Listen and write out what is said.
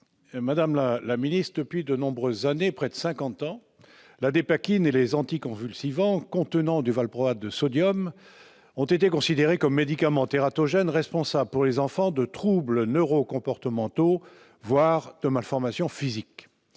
Madame la secrétaire d'État, depuis de nombreuses années, près de cinquante ans, la dépakine et les anticonvulsivants contenant du valproate de sodium sont considérés comme médicaments tératogènes responsables pour les enfants de troubles neurocomportementaux, voire de malformations physiques.